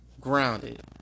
grounded